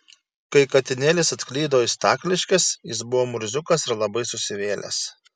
kai katinėlis atklydo į stakliškes jis buvo murziukas ir labai susivėlęs